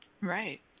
Right